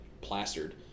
plastered